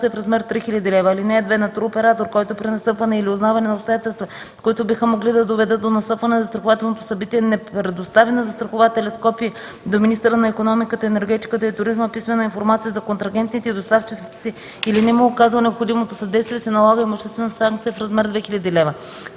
в размер 3000 лв. (2) На туроператор, който при настъпване или узнаване на обстоятелства, които биха могли да доведат до настъпване на застрахователното събитие, не предостави на застрахователя с копие до министъра на икономиката, енергетиката и туризма писмена информация за контрагентите и доставчиците си или не му оказва необходимото съдействие, се налага имуществена санкция в размер 2000 лв.”